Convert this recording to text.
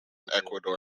ecuador